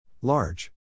Large